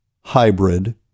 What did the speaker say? hybrid